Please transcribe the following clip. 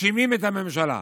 מנשימים את הממשלה,